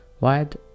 wide